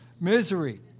Misery